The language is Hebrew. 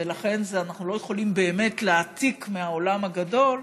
ולכן אנחנו לא יכולים באמת להעתיק מהעולם הגדול,